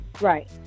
Right